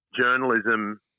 journalism